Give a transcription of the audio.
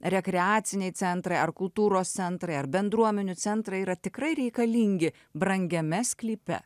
rekreaciniai centrai ar kultūros centrai ar bendruomenių centrai yra tikrai reikalingi brangiame sklype